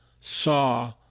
saw